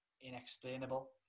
inexplainable